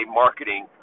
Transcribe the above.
marketing